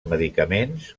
medicaments